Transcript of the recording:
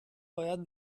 باید